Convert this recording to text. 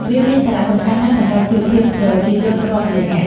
វាមានសារៈសំខាន់ណាស់សម្រាប់ជីវភាពប្រជាជនរាប់លាននាក់។